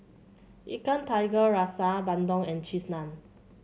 Ikan Tiga Rasa bandung and Cheese Naan